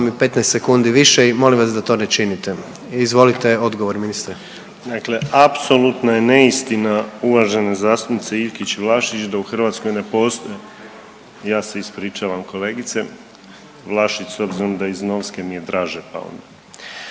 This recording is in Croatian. i 15 sekundi više i molim vas da to ne činite. Izvolite odgovor ministre. **Piletić, Marin (HDZ)** Dakle, apsolutno je neistina uvažena zastupnice Iljkić Vlašić da u Hrvatskoj ne postoje …/Upadica se ne razumije./… Ja se ispričavam kolegice Vlašić s obzirom da iz Novske mi je draže pa …